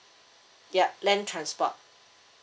yup land transport